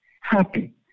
happy